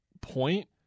point